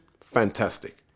fantastic